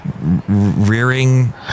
rearing